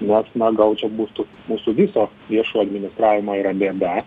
nors na gal čia bus tų mūsų viso viešojo administravimo yra bėda